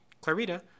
Clarita